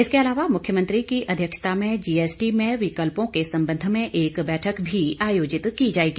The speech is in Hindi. इसके अलावा मुख्यमंत्री की अध्यक्षता में जीएसटी में विकल्पों के संबंध में एक बैठक भी आयोजित की जाएगी